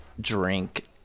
drink